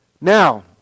Now